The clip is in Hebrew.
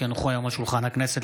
כי הונחו היום על שולחן הכנסת,